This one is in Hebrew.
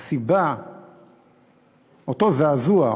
אותו זעזוע,